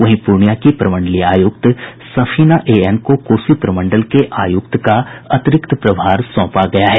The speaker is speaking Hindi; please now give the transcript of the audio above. वहीं पूर्णियां की प्रमंडलीय आयुक्त सफीना ए एन को कोसी प्रमंडल के आयुक्त का अतिरिक्त प्रभार सौंपा गया है